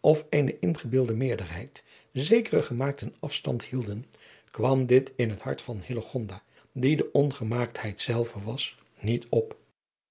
of eene ingebeelde meerderheid zekeren gemaakten afstand hielden kwam dit in het hart van hillegonda die de ongemaaktheid zelve was niet op